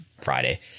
Friday